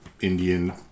Indian